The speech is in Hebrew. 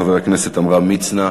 חבר הכנסת עמרם מצנע.